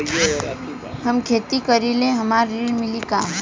हम खेती करीले हमरा ऋण मिली का?